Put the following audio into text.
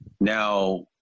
Now